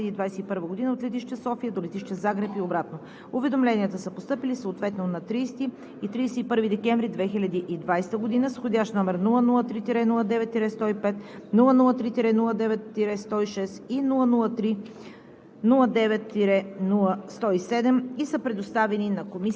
на 1 януари, резервни дни – 2, 3 и 4 януари 2021 г., от летище София до летище Загреб и обратно. Уведомленията са постъпили съответно на 30 и 31 декември 2020 г. с вх. № 003-09-105; № 003-09-106 и № 003-09-107